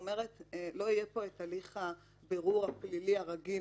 כלומר לא יהיה פה את הליך הבירור הפלילי הרגיל